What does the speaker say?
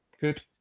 Good